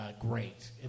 great